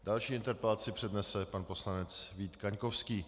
Další interpelaci přednese pan poslanec Vít Kaňkovský.